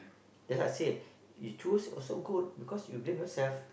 then I said you choose also good because you blame yourself